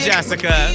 Jessica